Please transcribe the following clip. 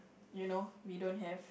you know we don't have